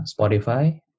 Spotify